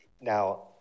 Now